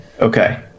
Okay